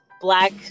black